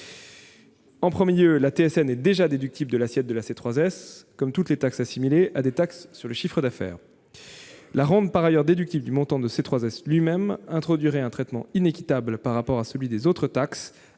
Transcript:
ou C3S. La TSN est déjà déductible de l'assiette de la C3S, comme toutes les taxes assimilées à des taxes sur le chiffre d'affaires. La rendre par ailleurs déductible du montant de C3S lui-même introduirait un traitement inéquitable par rapport aux autres taxes